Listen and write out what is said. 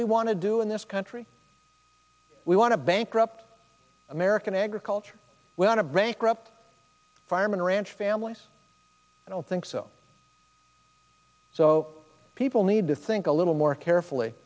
we want to do in this country we want to bankrupt american agriculture we want to bankrupt firemen ranch families i don't think so people need to think a little more carefully